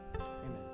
Amen